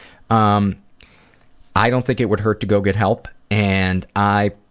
um i don't think it would hurt to go get help and i.